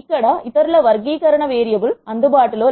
ఇక్కడ ఇతరుల వర్గీకరణ వేరియబుల్ అందుబాటులో